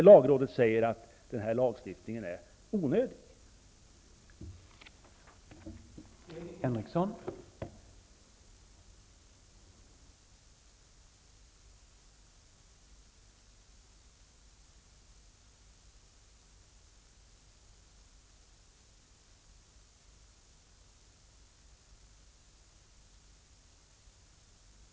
Lagrådet säger ju att denna lagstiftning är onödig.